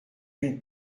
une